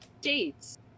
dates